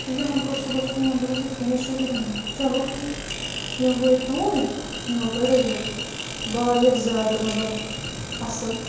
تہٕ یِمَن کوٚر صُبحَس فون دوٚپمَس یِتھ کَنۍ حظ چھُو ییٚتٮ۪ن چلو ٹھیٖک چھُ یِم وٲتۍ توٗرۍ یِمو کٔر ڈِلؤری واریاہ زیادٕ مطلب اَصٕل